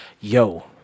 Yo